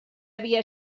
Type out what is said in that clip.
havia